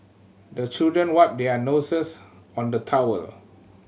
the children wipe their noses on the towel